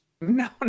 No